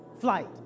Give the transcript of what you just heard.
Flight